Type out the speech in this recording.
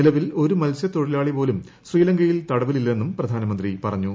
നിലവിൽ ഒരു മത്സ്യത്തൊഴിലാളി പോലും ശ്രീലങ്ക്യിൽ തടവിലില്ലെന്നും പ്രധാനമന്ത്രി പറഞ്ഞു